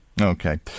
Okay